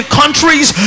countries